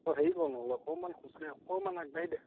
তই হেৰি কৰ নহ'লে অকণমান খোজ কাঢ়ি অকণমান আগবাঢ়ি দে